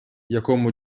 якому